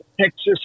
Texas